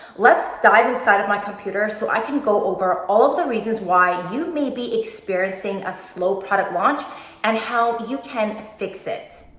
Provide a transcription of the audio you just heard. let's dive inside of my computer so i can go over all of the reasons why you may be experiencing a slow product launch and how you can fix it.